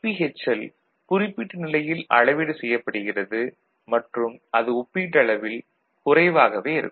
tPHL குறிப்பிட்ட நிலையில் அளவீடு செய்யப்படுகிறது மற்றும் அது ஒப்பீட்டளவில் குறைவாகவே இருக்கும்